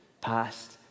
past